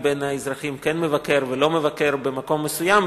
מבין האזרחים כן מבקר או לא מבקר במקום מסוים,